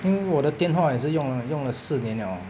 think 我的电话也是用了用了四年 liao